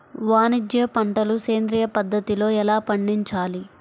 వాణిజ్య పంటలు సేంద్రియ పద్ధతిలో ఎలా పండించాలి?